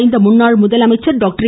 மறைந்த முன்னாள் முதலமைச்சா் டாக்டா்